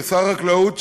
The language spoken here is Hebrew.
ושר החקלאות,